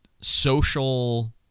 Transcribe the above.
social